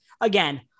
again